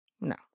No